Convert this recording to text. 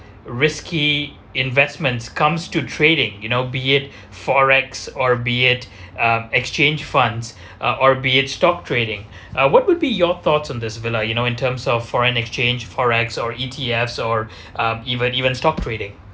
risky investments comes to trading you know be it forex or be it um exchange funds uh or be it stock trading uh what would be your thoughts on this vila you know in terms of foreign exchange forex or E_T_Fs or um even even stock trading